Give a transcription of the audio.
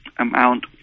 amount